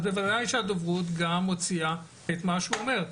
אז בוודאי שהדוברות גם מוציאה את מה שהוא אומר.